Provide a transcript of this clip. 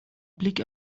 blick